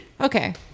Okay